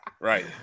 Right